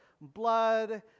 blood